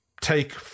take